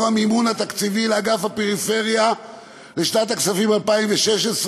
המימון התקציבי לאגף הפריפריה לשנת הכספים 2016,